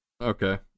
Okay